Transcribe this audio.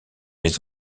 les